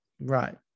right